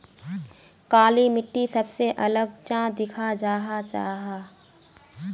काली मिट्टी सबसे अलग चाँ दिखा जाहा जाहा?